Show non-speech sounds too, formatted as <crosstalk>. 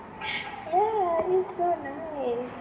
<laughs> yeah it's so nice